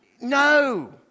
no